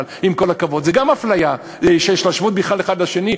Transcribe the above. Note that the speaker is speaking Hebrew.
עם כל הכבוד, גם זו אפליה, להשוות בכלל אחד לשני,